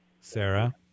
sarah